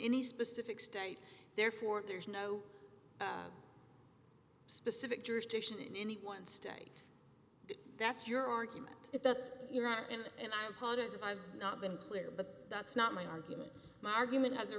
any specific state therefore there's no specific jurisdiction in any one state that's your argument if that's your act and i apologize if i've not been clear but that's not my argument my argument has a